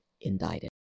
indicted